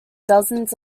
dozens